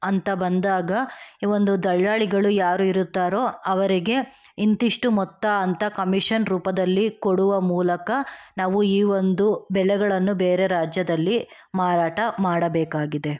ಅಂತ ಬಂದಾಗ ಈ ಒಂದು ದಲ್ಲಾಳಿಗಳು ಯಾರು ಇರುತ್ತಾರೋ ಅವರಿಗೆ ಇಂತಿಷ್ಟು ಮೊತ್ತ ಅಂತ ಕಮಿಷನ್ ರೂಪದಲ್ಲಿ ಕೊಡುವ ಮೂಲಕ ನಾವು ಈ ಒಂದು ಬೆಳೆಗಳನ್ನು ಬೇರೆ ರಾಜ್ಯದಲ್ಲಿ ಮಾರಾಟ ಮಾಡಬೇಕಾಗಿದೆ